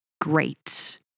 great